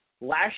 last